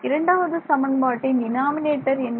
இரண்டாவது சமன்பாட்டின் டினாமினேட்டர் என்ன